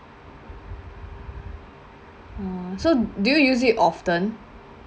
orh so do you use it often